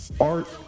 Art